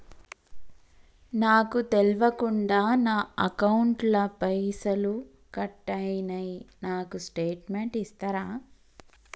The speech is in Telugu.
నాకు తెల్వకుండా నా అకౌంట్ ల పైసల్ కట్ అయినై నాకు స్టేటుమెంట్ ఇస్తరా?